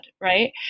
right